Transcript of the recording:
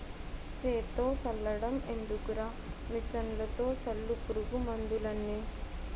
సేత్తో సల్లడం ఎందుకురా మిసన్లతో సల్లు పురుగు మందులన్నీ